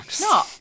No